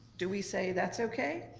do we say that's okay?